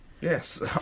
Yes